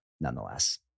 nonetheless